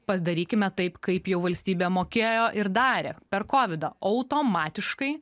padarykime taip kaip jau valstybė mokėjo ir darė per kovidą automatiškai